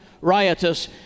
riotous